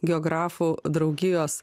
geografų draugijos